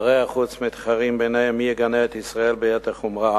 שרי החוץ מתחרים ביניהם מי יגנה את ישראל ביתר חומרה,